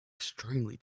extremely